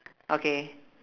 okay